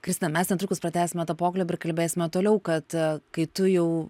kristina mes netrukus pratęsime tą pokalbį ir kalbėsime toliau kad kai tu jau